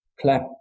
clap